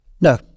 No